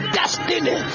destiny